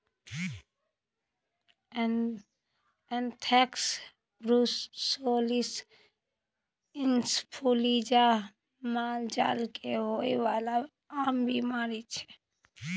anthrax, brucellosis influenza मालजाल केँ होइ बला आम बीमारी छै